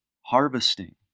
harvesting